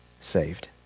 saved